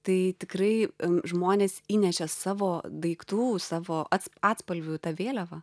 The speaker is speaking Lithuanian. tai tikrai žmonės įnešė savo daiktų savo ats atspalvių ta vėliava